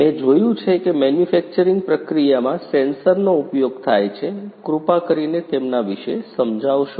મેં જોયું છે કે મેન્યુફેક્ચરિંગ પ્રક્રિયામાં સેન્સરનો ઉપયોગ થાય છે કૃપા કરીને તેમના વિશે સમજાવશો